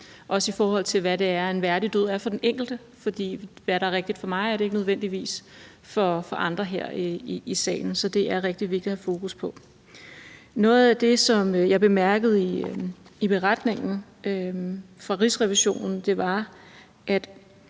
også i forhold til hvad en værdig død er for den enkelte. For hvad der er rigtigt for mig, er ikke nødvendigvis rigtigt for andre her i salen. Så det er rigtig vigtigt at have fokus på. Noget af det, som jeg bemærkede i beretningen fra Rigsrevisionen, var